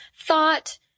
thought